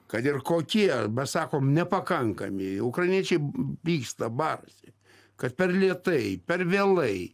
kad ir kokie mes sakom nepakankami ukrainiečiai pyksta barasi kad per lėtai per vėlai